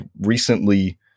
recently